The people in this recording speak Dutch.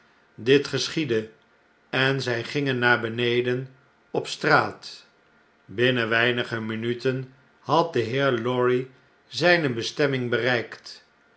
dit geschiedde en zj gingen naar beneden op straat binnen weinige mmuten had de heer lorry zjjne bestemming bereikt